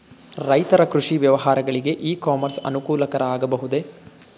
ರೈತರ ಕೃಷಿ ವ್ಯವಹಾರಗಳಿಗೆ ಇ ಕಾಮರ್ಸ್ ಅನುಕೂಲಕರ ಆಗಬಹುದೇ?